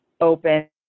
open